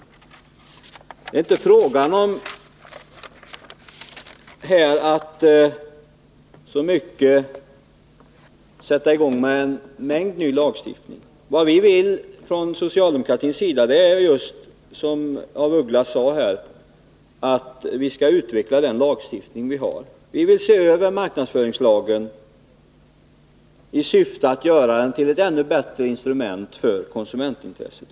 Det är här inte så mycket fråga om att sätta i gång med en mängd ny lagstiftning. Vad vi från socialdemokratisk sida vill är just, som Margaretha af Ugglas sade här, att utveckla den lagstiftning vi redan har. Vi vill se över marknadsföringslagen i syfte att göra den till ett ännu bättre instrument för konsumentintresset.